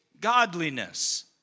godliness